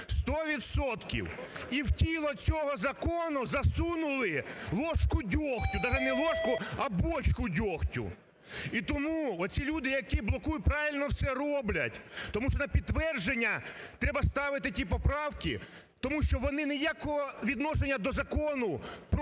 і в тіло цього закону засунули ложку дьогтю, даже не ложку, а бочку дьогтю. І тому оці люди, які блокують, правильно все роблять тому що на підтвердження треба ставити ті поправки, тому що вони ніякого відношення до Закону